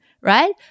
Right